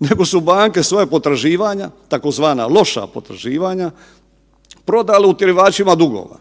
nego su banke svoja potraživanja tzv. loša potraživanja prodale utjerivačima dugova.